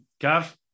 Gav